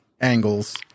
angles